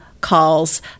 calls